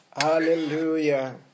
Hallelujah